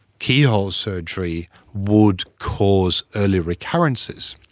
keyhole surgery would cause early recurrences,